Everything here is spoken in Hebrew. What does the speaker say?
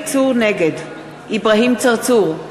נגד אברהים צרצור,